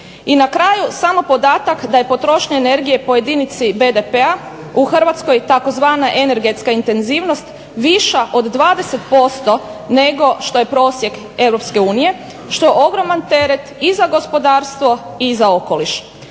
I na kraju, samo podatak da je potrošnja energije po jedinici BDP-a u Hrvatskoj tzv. energetska intenzivnost viša od 20% nego što je prosjek EU, što je ogroman teret i za gospodarstvo i za okoliš.